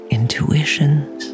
intuitions